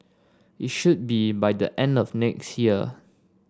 it should be by the end of next year